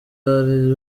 bari